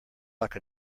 like